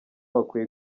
bakwiye